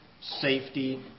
safety